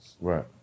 Right